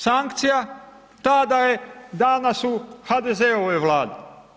Sankcija, ta da je danas u HDZ-ovoj Vladi.